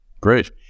Great